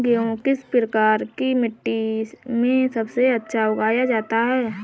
गेहूँ किस प्रकार की मिट्टी में सबसे अच्छा उगाया जाता है?